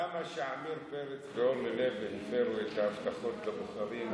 למה כשעמיר פרץ ואורלי לוי הפרו את ההבטחות לבוחרים,